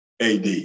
AD